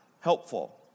helpful